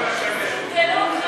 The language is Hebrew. יש צורך